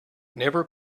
never